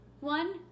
One